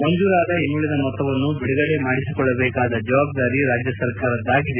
ಮಂಜೂರಾದ ಇನ್ನುಳಿದ ಮೊತ್ತವನ್ನು ಬಿಡುಗಡೆ ಮಾಡಿಸಿಕೊಳ್ಳಬೇಕಾದ ಜವಾಬ್ದಾರಿ ರಾಜ್ಯ ಸರ್ಕಾರದ್ದಾಗಿದೆ